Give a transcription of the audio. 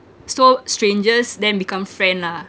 so strangers then become friend lah